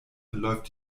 verläuft